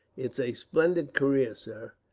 it's a splendid career, sir,